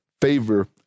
favor